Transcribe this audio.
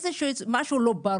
משהו לא ברור.